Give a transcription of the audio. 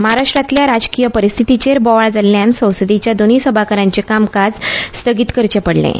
महाराष्ट्रांतल्या राजकी परिस्थितीचेर बोवाळ जाल्ल्यान संसदेच्या दोनूय सभाघरांचे कामकाज स्थगीत करचें पडलें